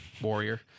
warrior